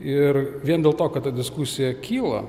ir vien dėl to kad ta diskusija kyla